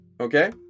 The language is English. Okay